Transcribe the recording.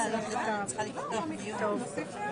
בסיון התשפ"ב.